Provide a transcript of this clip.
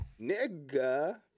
nigga